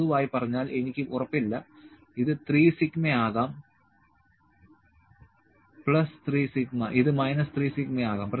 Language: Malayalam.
പൊതുവായി പറഞ്ഞാൽ എനിക്ക് ഉറപ്പില്ല ഇത് 3σ സിഗ്മ ആകാം 3 σ ഇത് 3 σ ആകാം